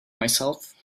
myself